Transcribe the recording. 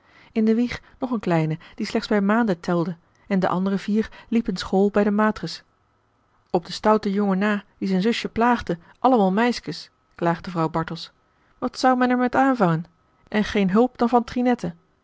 in de wieg nog een kleine die slechts bij maanden telde en a l g bosboom-toussaint de delftsche wonderdokter eel en de andere vier liepen school bij de matres op den stouten jongen na die zijn zusje plaagde allemaal meiskes klaagde vrouw bartels wat zou men er met aanvangen en geen hulp dan van